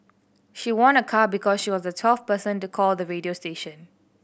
she won a car because she was the twelfth person to call the radio station